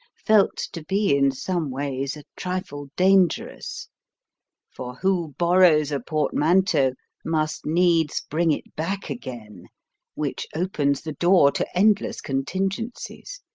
felt to be in some ways a trifle dangerous for who borrows a portmanteau must needs bring it back again which opens the door to endless contingencies.